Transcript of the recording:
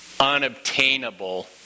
unobtainable